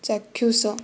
ଚାକ୍ଷୁଷ